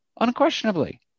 Unquestionably